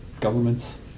governments